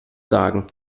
sagen